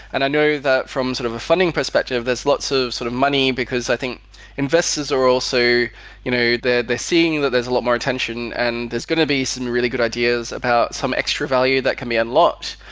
and i know that from sort of a funding perspective, there's lots of sort of money, because i think investors are also you know they're they're seeing that there's a lot more attention and there's going to be some really good ideas about some extra value that can be unlocked,